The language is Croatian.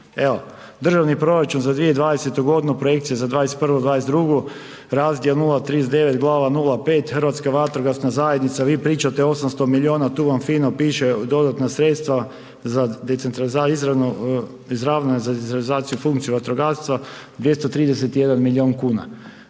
evo Državni proračun za 2020. godinu projekcija za '21.,'22. razdjel je 039, glava 05 Hrvatska vatrogasna zajednica, vi pričate 800 miliona tu vam fino piše dodatna sredstva za izravnu …/nerazumljivo/… funkciju vatrogastva 231 milion kuna.